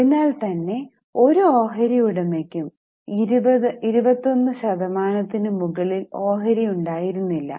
അതിനാൽ തന്നെ ഒരു ഓഹരിയുടമയ്ക്കും 20 21 ശതമാനത്തിനു മുകളിൽ ഓഹരി ഉണ്ടായിരുന്നില്ല